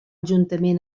juntament